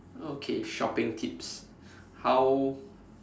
okay shopping tips how